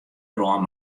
brân